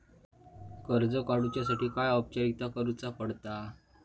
कर्ज काडुच्यासाठी काय औपचारिकता करुचा पडता?